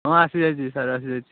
ହଁ ଆସିଯାଇଛି ସାର ଆସିଯାଇଛି